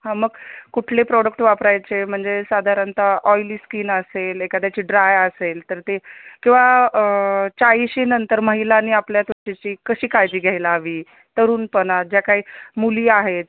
हां मग कुठले प्रोडक्ट वापरायचे म्हणजे साधारणतः ऑईली स्कीन असेल एखाद्याची ड्राय असेल तर ते किंवा चाळीशी नंतर महिलांनी आपल्या त्वचेची कशी काळजी घ्यायला हवी तरुणपणात ज्या काही मुली आहेत